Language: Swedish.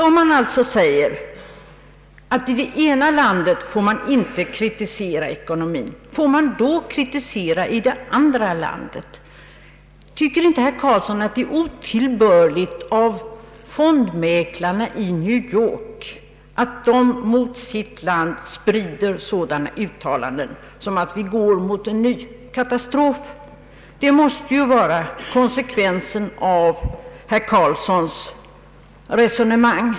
Om man i det ena landet inte får kritisera ekonomin, får man då kritisera i det andra landet? Tycker inte herr Karlsson att det är otillbörligt av fondmäklarna i New York att de mot sitt land sprider sådana uttalanden som att man går mot en ny katastrof? Det måste ju vara konsekvensen av herr Karlssons resonemang.